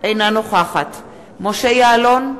אינה נוכחת משה יעלון,